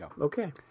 Okay